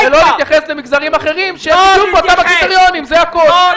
אבל אם אין אירוע, אז הוא לא עובד.